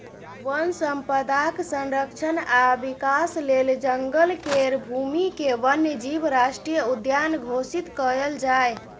वन संपदाक संरक्षण आ विकास लेल जंगल केर भूमिकेँ वन्य जीव राष्ट्रीय उद्यान घोषित कएल जाए